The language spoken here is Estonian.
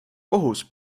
kohus